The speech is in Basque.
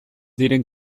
diren